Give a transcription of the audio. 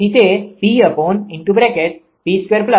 તેથી તે છે